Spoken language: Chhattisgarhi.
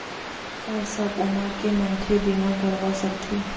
का सब उमर के मनखे बीमा करवा सकथे?